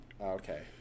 okay